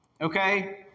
Okay